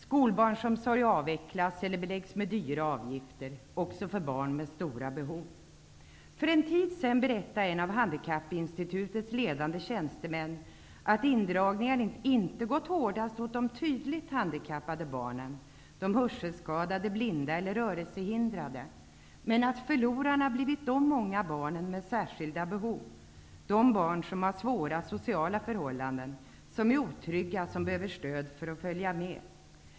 Skolbarnsomsorg avvecklas eller beläggs med dyra avgifter, också för barn med stora behov. För en tid sedan berättade en av Handikappinstitutets ledande tjänstemän att indragningarna inte gått hårdast åt de tydligt handikappade barnen -- de hörselskadade, blinda eller rörelsehindrade -- men att förlorarna blivit de många barnen med särskilda behov. De barn som lever under svåra sociala förhållanden, som är otrygga och som behöver stöd för att följa med.